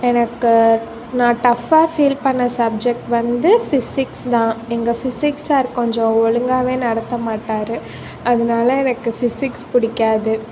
எனக்கு நான் டஃப்பாக ஃபீல் பண்ண சப்ஜெக்ட் வந்து ஃபிசிக்ஸ் தான் எங்கள் ஃபிசிக்ஸ் சார் கொஞ்சம் ஒழுங்காகவே நடத்த மாட்டார் அதனால எனக்கு சார் பிடிக்காது